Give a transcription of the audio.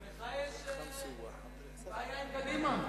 גם לך יש בעיה עם קדימה?